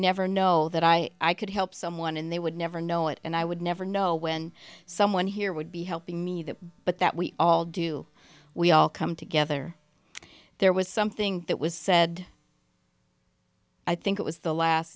never know that i could help someone and they would never know it and i would never know when someone here would be helping me that but that we all do we all come together there was something that was said i think it was the last